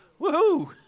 Woohoo